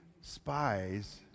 spies